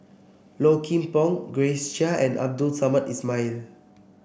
Low Kim Pong Grace Chia and Abdul Samad Ismail